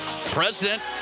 President